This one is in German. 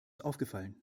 aufgefallen